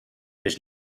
which